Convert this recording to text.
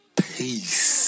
peace